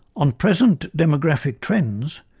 on present demographic trends,